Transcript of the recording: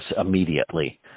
immediately